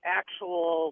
actual